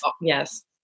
Yes